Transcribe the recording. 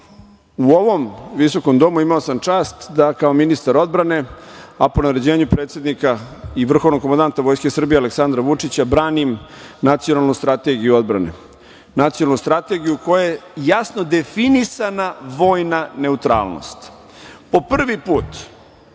u ovom visokom domu imao sam čast da kao ministar odbrane, a po naređenju predsednika i vrhovnog komandanta Vojske Srbije, Aleksandra Vučića branim nacionalnu strategiju odbrane, nacionalnu strategiju koja je jasno definisana vojna neutralnost. Po prvi put,